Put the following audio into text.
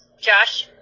Josh